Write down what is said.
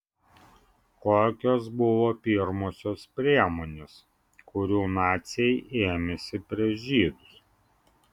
kokios buvo pirmosios priemonės kurių naciai ėmėsi prieš žydus